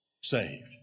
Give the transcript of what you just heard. Saved